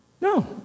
No